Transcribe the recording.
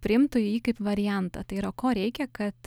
jei priimtų jį kaip variantą tai yra ko reikia kad